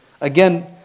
Again